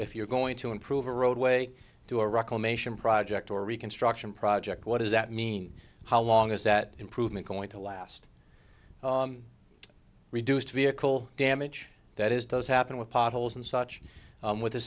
if you're going to improve a roadway to a reclamation project or reconstruction project what does that mean how long is that improvement going to last reduced vehicle damage that is does happen with potholes and such with the